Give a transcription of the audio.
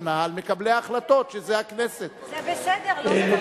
זה בסדר, לא זאת הבעיה.